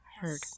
heard